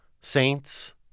Saints